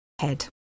head